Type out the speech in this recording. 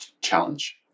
challenge